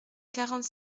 quarante